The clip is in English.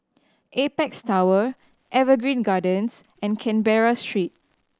Apex Tower Evergreen Gardens and Canberra Street